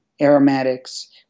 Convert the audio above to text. aromatics